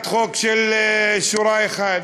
והיא הצעת חוק של שורה אחת,